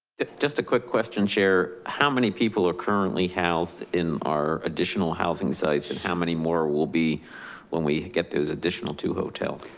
just a quick question chair, how many people are currently housed in our additional housing sites and how many more will be when we get those additional two hotels.